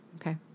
Okay